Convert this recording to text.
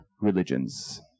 religions